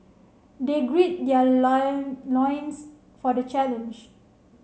they gird their loins for the challenge